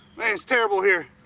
man it's terrible here.